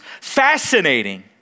fascinating